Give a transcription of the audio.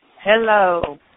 Hello